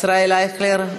ישראל אייכלר,